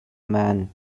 man